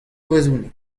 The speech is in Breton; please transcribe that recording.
brezhoneg